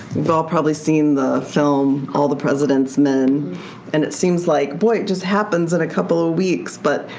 we've all probably seen the film all the president's men and it seems like boy, it just happens in a couple of weeks. but,